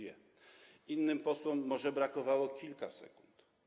Innym posłom może brakowało kilku sekund.